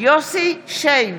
יוסף שיין,